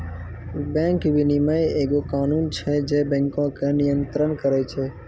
bank विनियमन एगो कानून छै जे बैंको के नियन्त्रण करै छै